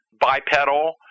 bipedal